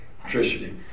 electricity